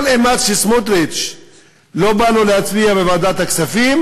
כל אימת שסמוטריץ לא בא לו להצביע בוועדת הכספים,